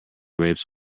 grapes